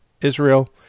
Israel